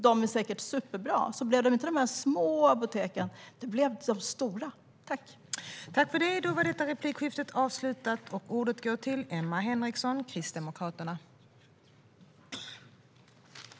De är säkert superbra, men det blev inga små apotek, utan det blev stora apotek.